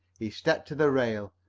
he stepped to the rail,